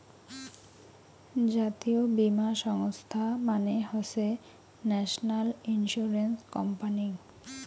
জাতীয় বীমা সংস্থা মানে হসে ন্যাশনাল ইন্সুরেন্স কোম্পানি